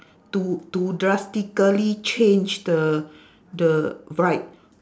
to to drastically change the the vibe